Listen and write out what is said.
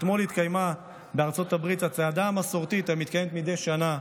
אתמול התקיימה בארצות הברית הצעדה המסורתית המתקיימת מדי שנה,